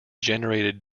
generated